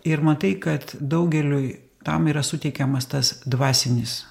ir matai kad daugeliui tam yra suteikiamas tas dvasinis